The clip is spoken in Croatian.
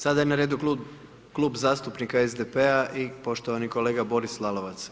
Sada je na redu Klub zastupnika SDP-a i poštovani kolega Boris Lalovac.